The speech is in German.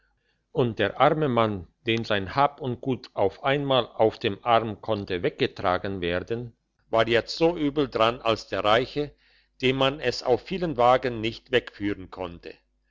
und der arme mann dem sein hab und gut auf einmal auf dem arm konnte weggetragen werden war jetzt so übel dran als der reiche dem man es auf vielen wagen nicht wegführen konnte